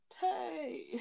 Hey